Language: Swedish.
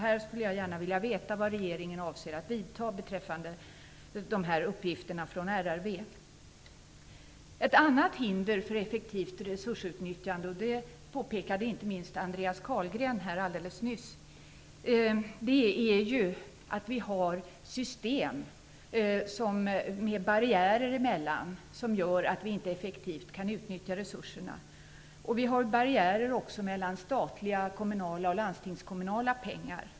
Jag skulle därför gärna vilja veta vilka åtgärder regeringen avser att vidta beträffande uppgifterna från RRV. Ett annat hinder för effektivt resursutnyttjande - som också Andreas Carlgren pekade på här alldeles nyss - är att vi har system med barriärer emellan, vilket gör att vi inte effektivt kan utnyttja resurserna. Vi har barriärer också mellan statliga, kommunala och landstingskommunala pengar.